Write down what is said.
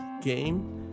game